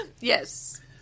Yes